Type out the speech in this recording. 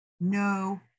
no